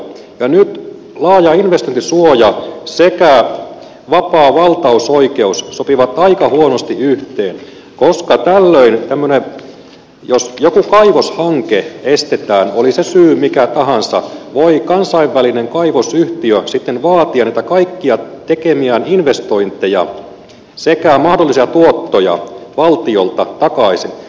nyt laaja investointisuoja sekä vapaa valtausoikeus sopivat aika huonosti yhteen koska tällöin jos joku kaivoshanke estetään oli se syy mikä tahansa voi kansainvälinen kaivosyhtiö sitten vaatia näitä kaikkia tekemiään investointeja sekä mahdollisia tuottoja valtiolta takaisin